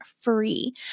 free